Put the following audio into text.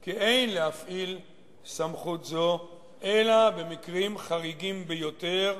כי אין להפעיל סמכות זו אלא במקרים חריגים ביותר,